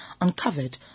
uncovered